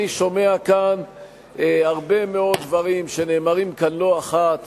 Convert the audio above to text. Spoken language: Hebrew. אני שומע הרבה מאוד דברים שנאמרים כאן לא אחת